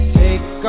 take